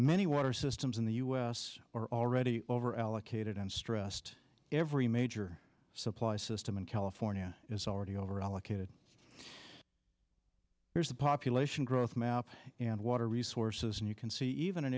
many water systems in the u s are already over allocated and stressed every major supply system in california is already over allocated there's a population growth map and water resources and you can see even in